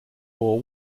war